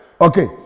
Okay